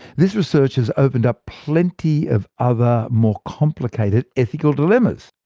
this research has opened up plenty of other, more complicated ethical dilemmas.